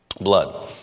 Blood